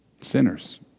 Sinners